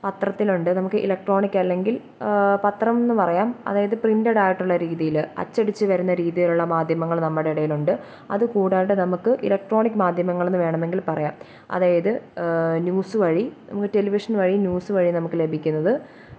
പത്രത്തിലുണ്ട് നമുക്ക് ഇലക്ട്രോണിക് അല്ലെങ്കില് പത്രം എന്ന് പറയാം അതായത് പ്രിന്റെട് ആായിട്ടുള്ള രീതിയിൽ അച്ചടിച്ചു വരുന്ന രീതിയിലുള്ള മാധ്യമങ്ങൾ നമ്മുടെ ഇടയിലുണ്ട് അത് കൂടാണ്ട് നമുക്ക് ഇലക്ട്രോണിക് മാധ്യമങ്ങളെന്ന് വേണമെങ്കില് പറയാം അതായത് ന്യൂസ് വഴി നമുക്ക് ടെലിവിഷന് വഴി ന്യൂസ് വഴി നമുക്ക് ലഭിക്കുന്നത്